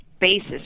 Basis